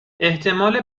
احتمال